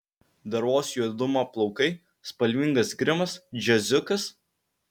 dervos juodumo plaukai spalvingas grimas džiaziukas